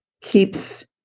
keeps